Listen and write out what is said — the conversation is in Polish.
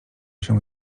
się